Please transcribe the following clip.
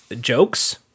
jokes